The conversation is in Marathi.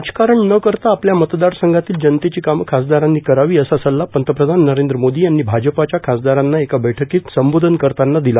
राजकारण न करता आपल्या मतदारसंघातील जनतेची कामं खासदारांनी करावी असा सल्ला पंतप्रधान नरेंद्र मोदी यांनी भाजपाच्या खासदारांना एका बैठकीत संबोधन करताना दिला